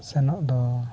ᱥᱮᱱᱚᱜ ᱫᱚ